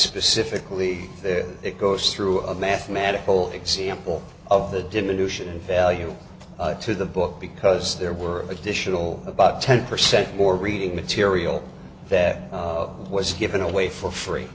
specifically it goes through of mathematical example of the diminution in value to the book because there were additional about ten percent or reading material that was given away for free